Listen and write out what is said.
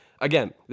Again